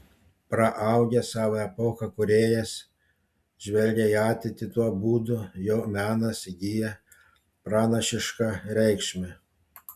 praaugęs savo epochą kūrėjas žvelgia į ateitį tuo būdu jo menas įgyja pranašišką reikšmę